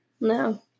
No